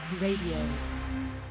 radio